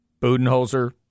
Budenholzer